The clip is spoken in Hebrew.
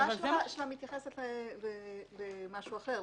האמירה שלך מתייחסת למשהו אחר,